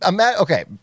okay